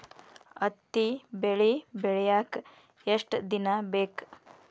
ಹತ್ತಿ ಬೆಳಿ ಬೆಳಿಯಾಕ್ ಎಷ್ಟ ದಿನ ಬೇಕ್?